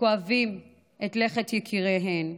שכואבים את לכת יקיריהם.